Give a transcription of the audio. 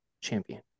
champion